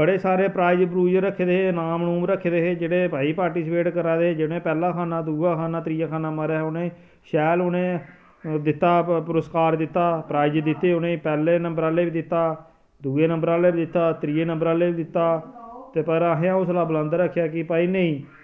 बड़े सारे prize prize रक्खे दे हे इमाम नुम रक्खे दे हे जेह्ड़े भाई पार्टिसिपेट करा दे हे जुनै पैह्ला खान्ना दुआ खान्ना त्रिया खान्ना मारेआ उ'नें शैल उ'नें दित्ता पुरस्कार दित्ता प्राइज दित्ते उ'नें पैह्ले नम्बर आह्ले बी दित्ता दुए नम्बर आह्ले बी दित्ता त्रिये नम्बर आह्ले बी दित्ता ते पर असैं हौसला बुलंद रक्खेआ कि भाई नेईं